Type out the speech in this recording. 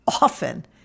often